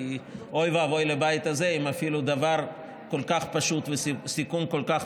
כי אוי ואבוי לבית הזה אם אפילו דבר כל כך פשוט וסיכום כל כך